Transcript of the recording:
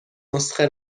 نسخه